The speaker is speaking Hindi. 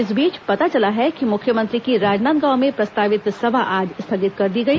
इस बीच पता चला है कि मुख्यमंत्री की राजनांदगांव में प्रस्तावित सभा आज स्थगित कर दी गई